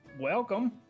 welcome